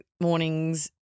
mornings